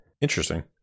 Interesting